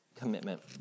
commitment